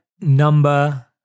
number